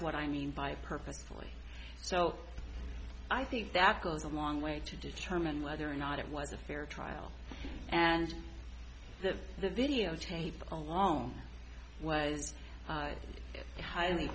what i mean by purposefully so i think that goes a long way to determine whether or not it was a fair trial and that the videotape alone was a high